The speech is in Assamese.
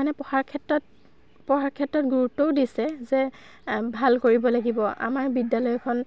মানে পঢ়াৰ ক্ষেত্ৰত পঢ়াৰ ক্ষেত্ৰত গুৰুত্বও দিছে যে ভাল কৰিব লাগিব আমাৰ বিদ্যালয়খন